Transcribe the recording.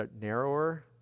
narrower